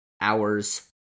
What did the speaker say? hours